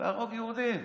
להרוג יהודים.